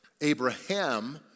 Abraham